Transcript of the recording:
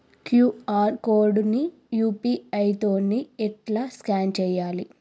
QR code ని UPI తోని ఎట్లా స్కాన్ చేయాలి?